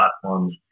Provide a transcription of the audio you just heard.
platforms